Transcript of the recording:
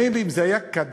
מילא אם זה היה קדימה.